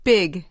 Big